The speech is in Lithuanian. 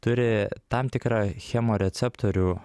turi tam tikrą chemoreceptorių